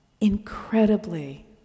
incredibly